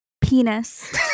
Penis